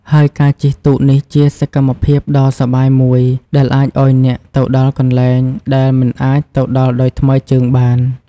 ហើយការជិះទូកនេះជាសកម្មភាពដ៏សប្បាយមួយដែលអាចឲ្យអ្នកទៅដល់កន្លែងដែលមិនអាចទៅដល់ដោយថ្មើរជើងបាន។